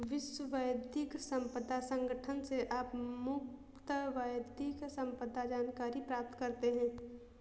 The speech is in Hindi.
विश्व बौद्धिक संपदा संगठन से आप मुफ्त बौद्धिक संपदा जानकारी प्राप्त करते हैं